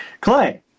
Clay